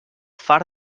far